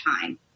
time